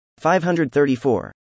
534